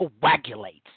coagulates